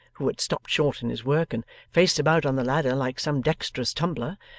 who had stopped short in his work and faced about on the ladder like some dexterous tumbler.